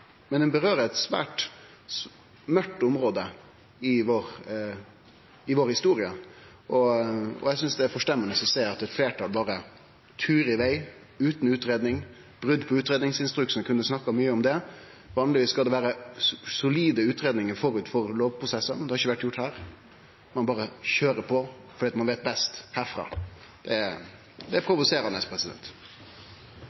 men eg synest ho rører ved eit svært mørkt område i vår historie, og eg synest det er forstemmande å sjå at eit fleirtal berre turar i veg, utan utgreiing. Eg kunne ha snakka mykje om brot på utgreiingsinstruksen, for vanlegvis skal det vere solide utgreiingar forut for lovprosessar. Det har ikkje blitt gjort her, ein berre køyrer på, fordi ein veit best herifrå. Det er